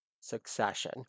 succession